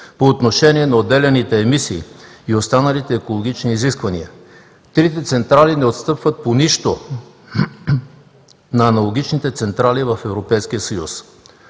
по отношение на отделяните емисии и останалите екологични изисквания. Трите централи не отстъпват по нищо на аналогичните централи в Европейския съюз.